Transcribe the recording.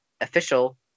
official